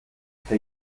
eta